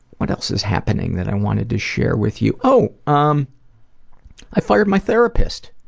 what else is happening that i wanted to share with you oh! um i fired my therapist.